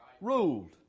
Ruled